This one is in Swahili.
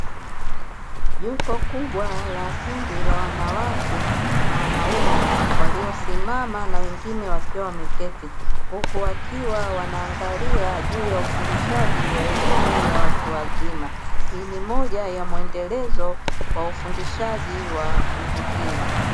Jopo kubwa la kundi la wanawake waliosimama na wengine wakiwa wameketi, huku wakiwa wanaangalia juu ya ufundishaji wa elimu ya watu wazima, hii ni moja ya muendelezo wa ufundishaji wa kundi hilo.